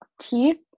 Teeth